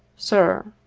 sir